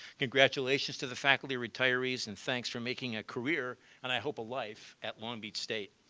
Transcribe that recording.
congratulations to the faculty retirees and thanks for making a career and i hope a life at long beach state.